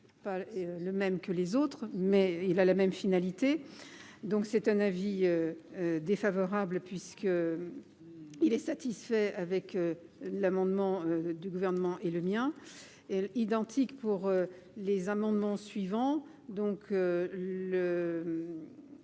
par le même que les autres mais il a la même finalité, donc c'est un avis défavorable puisque il est satisfait avec l'amendement du gouvernement et le mien est identique pour les amendements suivants,